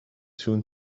soon